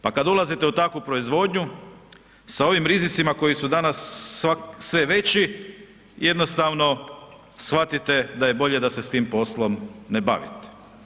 Pa kad ulazite u takvu proizvodnju sa ovim rizicima koji su danas sve veći jednostavno shvatite da je bolje da se s tim poslom ne bavite.